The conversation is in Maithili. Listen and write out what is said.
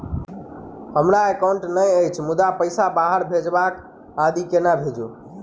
हमरा एकाउन्ट नहि अछि मुदा पैसा बाहर भेजबाक आदि केना भेजू?